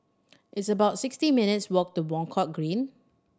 it's about sixty minutes' walk to Buangkok Green